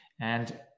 and-